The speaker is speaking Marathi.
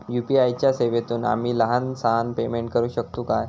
यू.पी.आय च्या सेवेतून आम्ही लहान सहान पेमेंट करू शकतू काय?